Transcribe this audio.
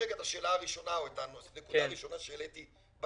את הנקודה הראשונה שהעליתי,